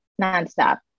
nonstop